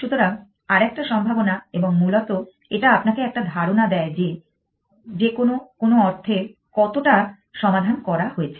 সুতরাং আরেকটা সম্ভাবনা এবং মূলত এটা আপনাকে একটা ধারণা দেয় যে কোনো অর্থে কতটা সমাধান করা হয়েছে